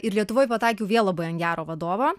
ir lietuvoje pataikiau vien labai gero vadovo